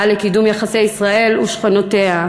פעל לקידום יחסי ישראל ושכנותיה.